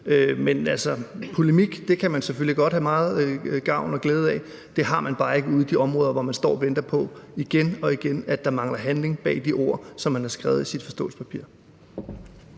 polemik kan man selvfølgelig godt have meget gavn og glæde af, men det har man bare ikke ude i de områder, hvor man står og venter på – igen og igen, fordi der mangler handling bag de ord, som man har skrevet i sit forståelsespapir.